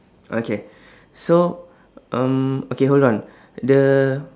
okay so um okay hold on the